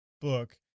book